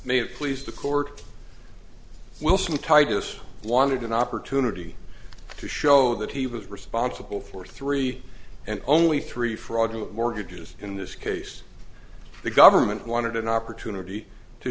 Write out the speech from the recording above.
may have pleased the court will smith titus wanted an opportunity to show that he was responsible for three and only three fraudulent mortgages in this case the government wanted an opportunity to